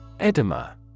Edema